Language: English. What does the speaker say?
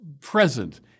present